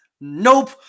Nope